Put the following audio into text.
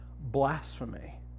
blasphemy